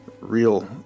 real